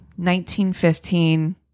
1915